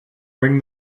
bring